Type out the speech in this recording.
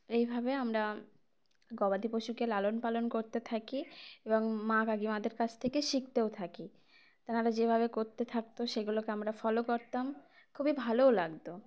এইভাবে আমরা গবাদি পশুকে লালন পালন করতে থাকি এবং মা কাকিমাদের কাছ থেকে শিখতেও থাকি তেনারা যেভাবে করতে থাকতো সেগুলোকে আমরা ফলো করতাম খুবই ভালোও লাগতো